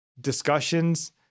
discussions